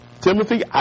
Timothy